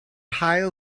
haul